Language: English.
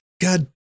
god